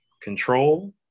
Control